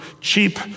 cheap